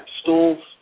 stools